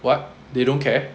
what they don't care